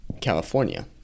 California